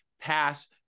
pass